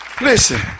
Listen